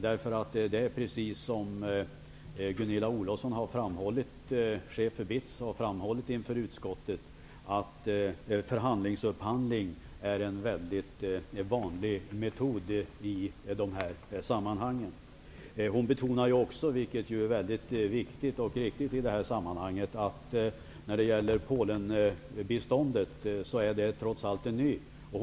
Det är precis som chefen för BITS Gunilla Olofsson har framhållit för utskottet, att förhandlingsupphandling är en väldigt vanlig metod i dessa sammanhang. Hon betonar också, vilket är väldigt viktigt och riktigt i detta sammanhang, att när det gäller Polenbiståndet är det trots allt något nytt.